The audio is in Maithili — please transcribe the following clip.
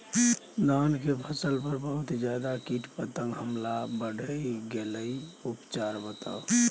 धान के फसल पर बहुत ज्यादा कीट पतंग के हमला बईढ़ गेलईय उपचार बताउ?